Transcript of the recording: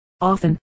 Often